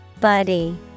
Buddy